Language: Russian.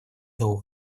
довод